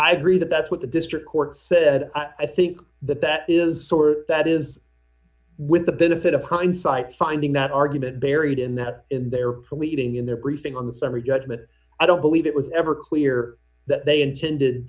i agree that that's what the district court said i think that that is that is with the benefit of hindsight finding that argument buried in that in their policing in their briefing on the summary judgment i don't believe d it was ever clear that they intended